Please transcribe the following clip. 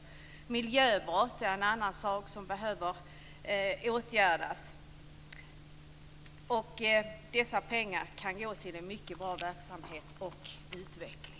Även miljöbrott behöver åtgärdas. Dessa pengar kan gå till en mycket bra verksamhet och utveckling.